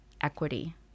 equity